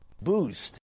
Boost